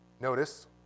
Notice